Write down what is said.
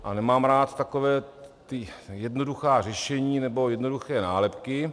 A nemám rád taková ta jednoduchá řešení, nebo jednoduché nálepky.